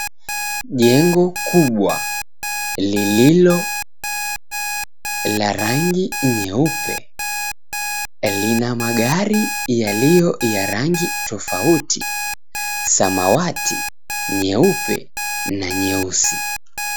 Jengo kubwa lililo la rangi nyeupe lina magari yaliyo ya rangi tofauti: samawati, nyeupe na nyeusi.